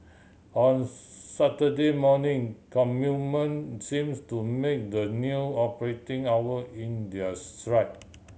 on Saturday morning seems to make the new operating hour in their stride